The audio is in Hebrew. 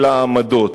אלא העמדות.